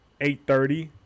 8.30